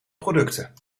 producten